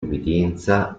obbedienza